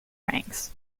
ranks